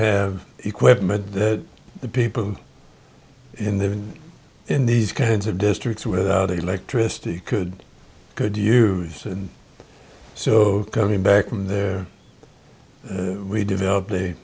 have equipment that the people in the in these kinds of districts without electricity could could use and so coming back from their we developed a